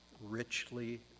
richly